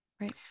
right